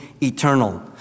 eternal